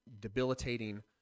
debilitating